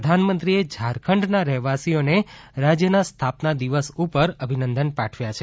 પ્રધાનમંત્રીએ ઝારખંડના રહેવાસીએને રાજ્યના સ્થાપના દિવસ ઉપર અભિનંદન પણ પાઠવ્યા છે